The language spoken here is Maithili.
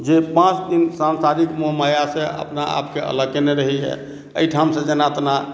जे पाँच दिन सांसारिक मोह माया सॅ अपना आपके अलग केने रहैया एहिठाम सॅं जेना तेना